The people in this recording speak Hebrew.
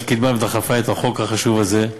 שקיבלה ודחפה את החוק החשוב הזה,